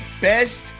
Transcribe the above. best